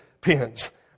pins